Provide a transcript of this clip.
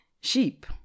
sheep